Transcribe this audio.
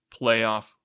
playoff